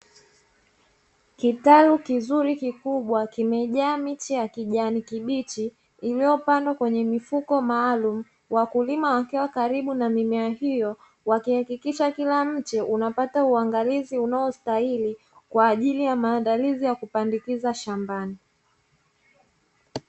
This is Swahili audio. Kitalu kizuri kikubwa kimejaa miche ya kijani kibichi iliyopandwa kwenye mifuko maalumu, wakulima wakiwa karibu na mimea hiyo wakihakikisha kila mche unapata uangalizi unao stahili kwa ajili ya maandalizi ya kupandikiza shambani.